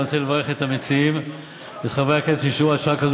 אני רוצה לברך את המציעים ואת חברי הכנסת שנשארו עד שעה כזאת,